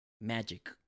Magic